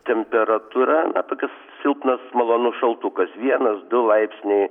temperatūra na tokis silpnas malonus šaltukas vienas du laipsniai